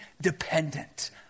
dependent